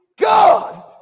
God